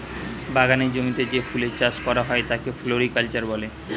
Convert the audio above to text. বাগানের জমিতে যে ফুলের চাষ করা হয় তাকে ফ্লোরিকালচার বলে